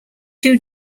two